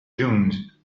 dunes